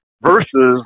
versus